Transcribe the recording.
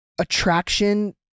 attraction